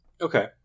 Okay